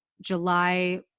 July